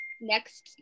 next